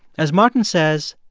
as martin says,